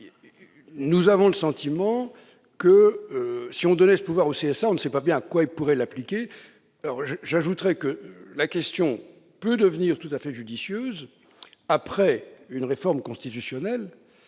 un. À notre sentiment, si l'on donnait ce pouvoir au CSA, on ne sait pas bien sur quoi il pourrait s'appliquer. J'ajoute que la question pourrait en revanche devenir tout à fait judicieuse après une réforme constitutionnelle